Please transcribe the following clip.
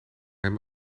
hem